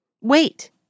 Wait